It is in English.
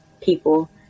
people